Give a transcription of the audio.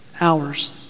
hours